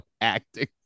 acting